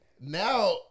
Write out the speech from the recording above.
now